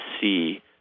see